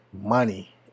money